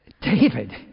David